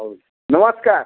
ହଉ ନମସ୍କାର